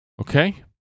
Okay